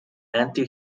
anti